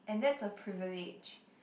and that's a privilege